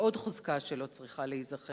ועוד חוזקה שלו צריכה להיזכר,